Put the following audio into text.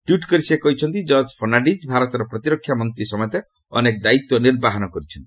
tweet କରି ସେ କହିଛନ୍ତି କର୍ଜ ଫର୍ଣ୍ଣାଣିଜ୍ ଭାରତର ପ୍ରତିରକ୍ଷା ମନ୍ତ୍ରୀ ସମେତ ଅନେକ ଦାୟିତ୍ୱ ନିର୍ବାହନ କରିଛନ୍ତି